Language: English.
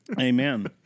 Amen